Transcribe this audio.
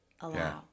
allow